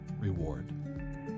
reward